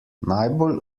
najbolj